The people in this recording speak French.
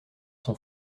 son